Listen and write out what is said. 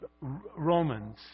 Romans